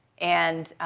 and